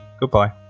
Goodbye